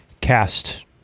cast